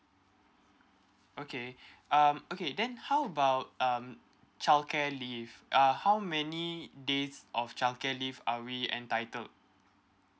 okay um okay then how about um childcare leave uh how many days of childcare leave are we entitled